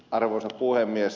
arvoisa puhemies